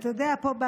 פה,